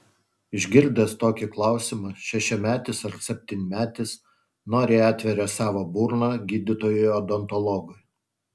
išgirdęs tokį klausimą šešiametis ar septynmetis noriai atveria savo burną gydytojui odontologui